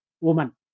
woman